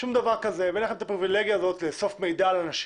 שום דבר כזה ואין לכם את הפריבילגיה הזאת לאסוף מידע על אנשים.